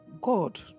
God